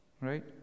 Right